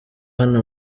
hano